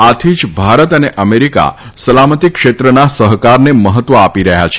આથી જ ભારત અને અમેરિકા સલામતી ક્ષેત્રના સહકારને મહત્વ આપી રહ્યા છે